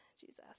Jesus